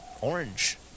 orange